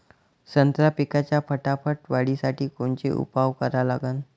संत्रा पिकाच्या फटाफट वाढीसाठी कोनचे उपाव करा लागन?